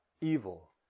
evil